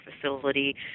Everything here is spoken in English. facility